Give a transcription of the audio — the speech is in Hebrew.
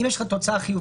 אם יש לך תוצאה חיובית,